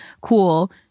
Cool